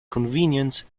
convenience